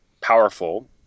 powerful